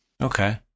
Okay